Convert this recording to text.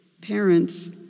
Parents